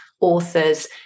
authors